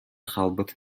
хаалбыт